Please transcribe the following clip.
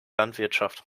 landwirtschaft